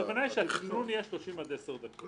הכוונה היא שהתכנון יהיה 30 עד 10 דקות.